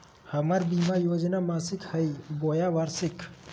हमर बीमा योजना मासिक हई बोया वार्षिक?